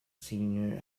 senior